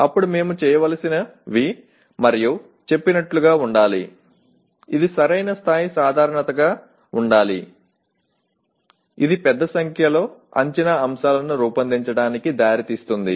అప్పుడు మేము చేయవలసినవి మరియు చెప్పినట్లుగా ఉండాలి ఇది సరైన స్థాయి సాధారణతగా ఉండాలి ఇది పెద్ద సంఖ్యలో అంచనా అంశాలను రూపొందించడానికి దారితీస్తుంది